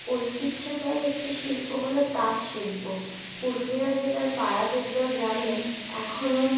ঐতিহ্যবাহী একটি শিল্প হল তাঁতশিল্প পুরুলিয়া জেলার পাড়াদুবরা গ্রামে এখনো